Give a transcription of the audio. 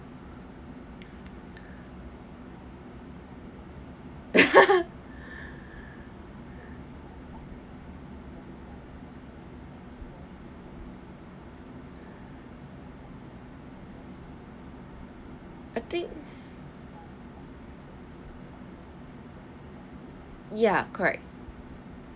ya correct